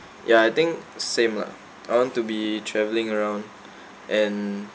ya I think same lah I want to be travelling around and